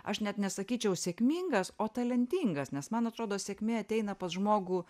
aš net nesakyčiau sėkmingas o talentingas nes man atrodo sėkmė ateina pas žmogų